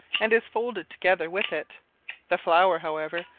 and is folded together with it the flower, however,